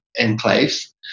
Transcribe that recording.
enclaves